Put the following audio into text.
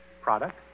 Product